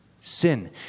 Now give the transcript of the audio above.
sin